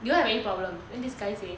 do you have any problem then this guy say